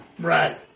right